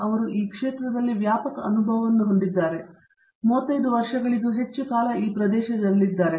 ಅವರು ಈ ಕ್ಷೇತ್ರದಲ್ಲಿ ವ್ಯಾಪಕ ಅನುಭವವನ್ನು ಹೊಂದಿದ್ದಾರೆ ಅವರು 35 ವರ್ಷಗಳಿಗೂ ಹೆಚ್ಚು ಕಾಲ ಈ ಪ್ರದೇಶದಲ್ಲಿದ್ದಾರೆ